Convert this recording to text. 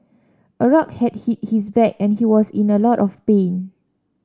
a rock had hit his back and he was in a lot of pain